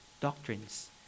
doctrines